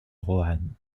roanne